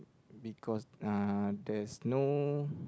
because uh there's no